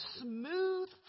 smooth